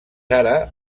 ara